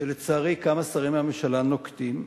שלצערי כמה שרים מהממשלה נוקטים,